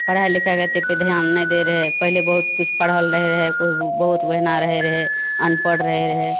पढ़ाइ लिखाइके एतेक ध्यान नहि दै रहै पहिले बहुत किछु पढ़ल रहै कोइ बहुत ओहिना रहे रहै अनपढ़ रहे रहै